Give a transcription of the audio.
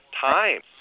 time